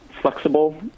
flexible